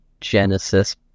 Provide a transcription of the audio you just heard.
Genesis